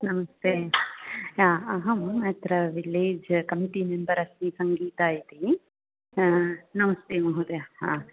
नमस्ते अहं अत्र विलेज् कमिटी मेम्बर् अस्मि सङ्गीता इति नमस्ते महोदयः